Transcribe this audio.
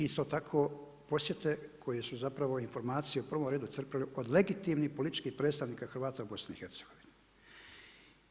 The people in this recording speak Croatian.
Isto tako posjete koje su zapravo informacije u prvom redu crpile od legitimnih političkih predstavnika Hrvata u BiH-u.